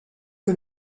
que